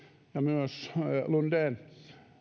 ja myös lunden erinomaisesti